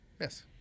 Yes